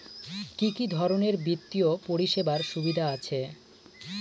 কি কি ধরনের বিত্তীয় পরিষেবার সুবিধা আছে?